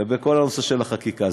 בכל הנושא של החקיקה.